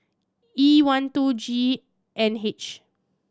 E one two G N H